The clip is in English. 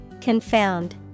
Confound